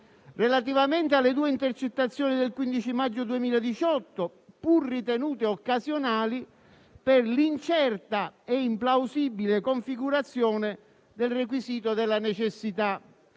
relativamente alle due intercettazioni del 15 maggio 2018, pur ritenute occasionali per l'incerta e implausibile configurazione del requisito della necessità;